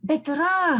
bet yra